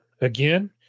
Again